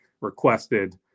requested